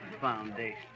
Foundation